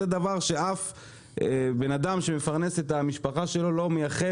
זה דבר שאף אחד שמפרנס את המשפחה שלו לא מייחל